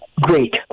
great